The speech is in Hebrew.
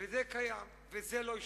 וזה קיים, זה לא השתנה.